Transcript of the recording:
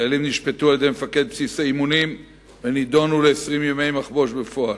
החיילים נשפטו על-ידי מפקד בסיס הטירונים ונידונו ל-20 ימי מחבוש בפועל.